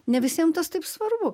ne visiem tas taip svarbu